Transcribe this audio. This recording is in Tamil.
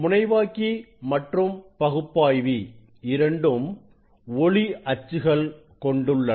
முனைவாக்கி மற்றும் பகுப்பாய்வி இரண்டும் ஒளி அச்சுகள் கொண்டுள்ளன